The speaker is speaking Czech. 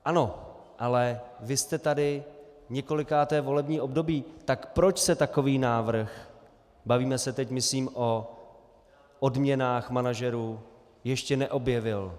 Ano, ale vy jste tady několikáté volební období, tak proč se takový návrh, bavíme se teď, myslím, o odměnách manažerů, ještě neobjevil?